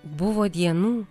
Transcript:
buvo dienų